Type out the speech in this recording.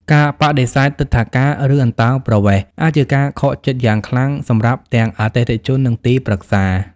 ការបដិសេធទិដ្ឋាការ ឬអន្តោប្រវេសន៍អាចជាការខកចិត្តយ៉ាងខ្លាំងសម្រាប់ទាំងអតិថិជន និងទីប្រឹក្សា។